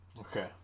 Okay